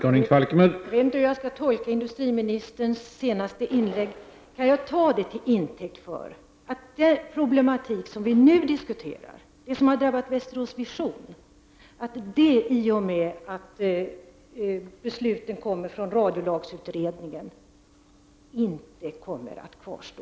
Herr talman! Jag vet inte hur jag skall tolka utbildningsministerns senaste inlägg. Kan jag ta det till intäkt för att det problem som vi nu diskuterar, det som drabbat Västerås Vision, i och med förslaget från radiolagsutredningen inte kommer att kvarstå?